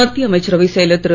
மத்திய அமைச்சரவை செயலர் திரு